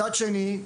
מצד שני,